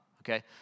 Okay